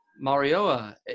Marioa